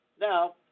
Now